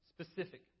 specific